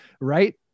right